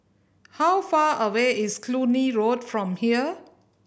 how far away is Cluny Road from here